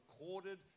recorded